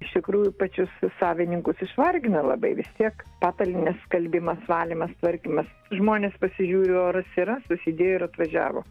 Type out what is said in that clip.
iš tikrųjų pačius savininkus išvargina labai vis tiek patalynės skalbimas valymas tvarkymas žmonės pasižiūri oras yra susidėjo ir atvažiavo